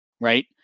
right